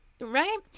right